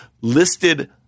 listed